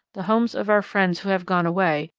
the homes of our friends who have gone away,